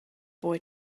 boy